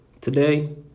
Today